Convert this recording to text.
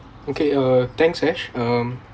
okay uh thanks ash um